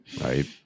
Right